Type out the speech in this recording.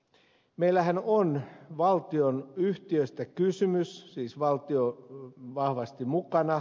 meillähän on valtionyhtiöstä kysymys siis valtio on vahvasti mukana